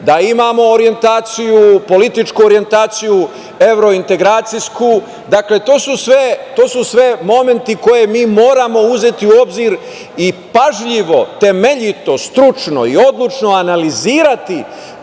da imamo političku orjentaciju evrointegracijsku, to su sve momenti koje mi moramo uzeti u obzir i pažljivo, temeljito, stručno i odlučno analizirati